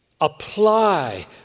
apply